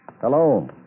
Hello